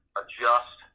adjust